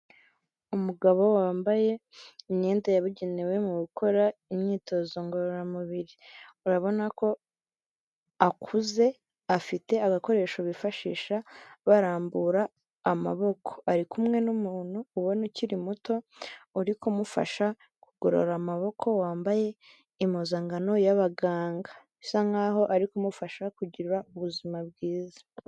Umugabo wambaye imyenda yabugenewe mu gukora imyitozo ngororamubiri. Urabona ko akuze afite agakoresho bifashisha barambura amaboko. Ari kumwe n'umuntu ubona ukiri muto uri kumufasha kugorora amaboko wambaye impuzankano y'abaganga, bisa nkaho ari kumufasha kugira ubuzima bwiza.